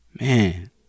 Man